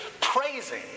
praising